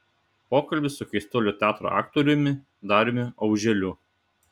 pokalbis su keistuolių teatro aktoriumi dariumi auželiu